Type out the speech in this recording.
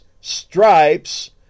stripes